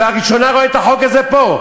לראשונה אני רואה את החוק הזה פה,